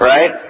Right